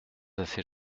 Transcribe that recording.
assez